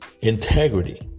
integrity